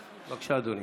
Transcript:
בבקשה, אדוני,